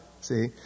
see